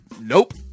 nope